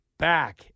Back